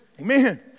Amen